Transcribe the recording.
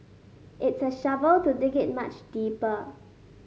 it's a shovel to dig it much deeper